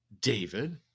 David